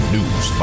News